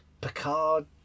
Picard